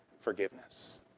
forgiveness